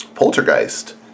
Poltergeist